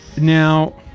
Now